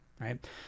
right